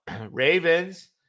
Ravens